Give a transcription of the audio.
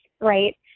right